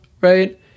right